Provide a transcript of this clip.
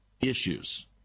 issues